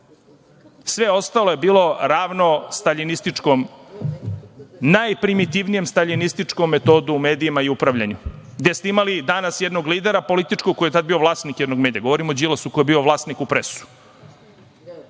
Sve ostalo je bilo ravno staljinističkom, najprimitivnijem staljinističkom metodu u medijima i upravljanju, gde ste imali danas jednog lidera, političkog koji je tada bio vlasnik jednog medija, govorim o Đilasu koji je bio vlasnik u